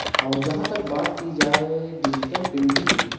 اور جہاں تک بات کی جائے ڈیجیٹل پرنٹنگ کی